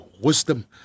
wisdom